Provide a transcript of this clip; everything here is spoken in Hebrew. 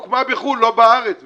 היא הוקמה בחו"ל, לא בארץ בכלל.